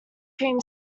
cream